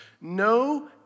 No